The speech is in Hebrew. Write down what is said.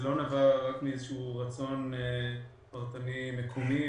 זה לא נבע רק מאיזשהו רצון פרטני מקומי,